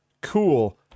cool